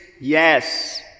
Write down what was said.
yes